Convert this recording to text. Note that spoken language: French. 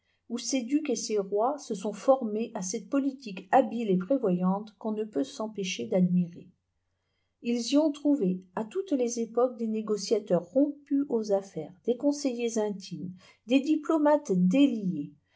et ses rois se sont formés à cette politique habile et prévoyante qu'on ne peut s'empécher d'admirer ils y ont trouvé à toutes les époques des négociateurs rompus aux affaires des conseillers intimes des diplomates déliés